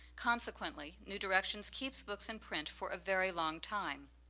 consequently, new directions keeps books in print for a very long time,